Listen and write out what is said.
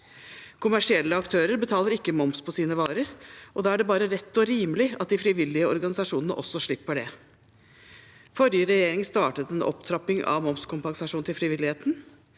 Kommersielle aktører betaler ikke moms på sine varer, og da er det bare rett og rimelig at de frivillige organisasjonene også slipper det. Forrige regjering startet en opptrapping av momskompensasjon til frivilligheten,